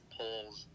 polls